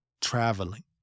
traveling